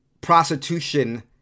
prostitution